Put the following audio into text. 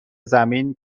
زمین